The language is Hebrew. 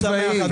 אני שמח,